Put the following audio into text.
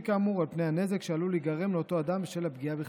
כאמור על פני הנזק שעלול להיגרם לאותו אדם בשל הפגיעה בכבודו.